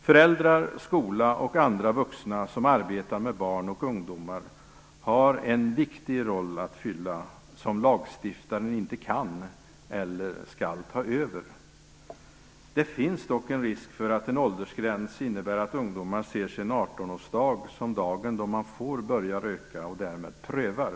Föräldrar, skola och vuxna som arbetar med barn och ungdomar har en viktig roll att spela som lagstiftaren inte kan eller skall ta över. Det finns dock en risk för att en åldersgräns innebär att ungdomar ser sin 18-årsdag som dagen då man får börja röka och därmed prövar.